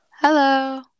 Hello